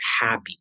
happy